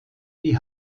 die